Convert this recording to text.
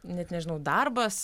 net nežinau darbas